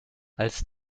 als